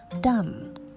done